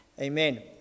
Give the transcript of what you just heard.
Amen